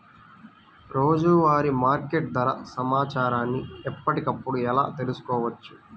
రోజువారీ మార్కెట్ ధర సమాచారాన్ని ఎప్పటికప్పుడు ఎలా తెలుసుకోవచ్చు?